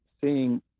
seeing